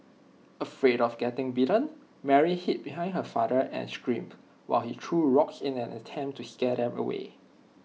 afraid of getting bitten Mary hid behind her father and screamed while he threw rocks in an attempt to scare them away